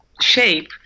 shape